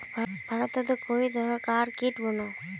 भारतोत कई तरह कार कीट बनोह